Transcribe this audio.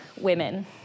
women